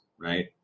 right